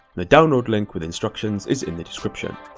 the download link with instructions is in the description.